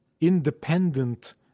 independent